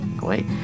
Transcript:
wait